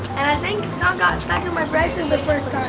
and i think some got stuck in my braces the first